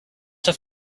have